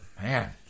Man